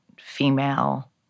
female